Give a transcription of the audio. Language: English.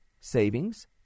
savings